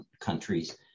countries